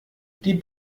die